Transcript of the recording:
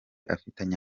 afitanye